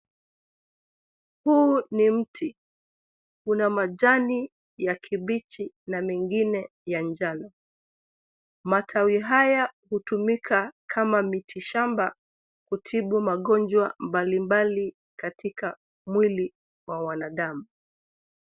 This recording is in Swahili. Huu ni mti. Unamajani ya kibichi na mengine ya njano. Matawi haya hutumika kama mitishamba kutibu magonjwa mbali mbali katika mwili wa wanadamu.